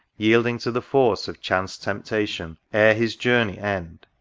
yielding to the force of chance-temptation, ere his journey end,